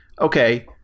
okay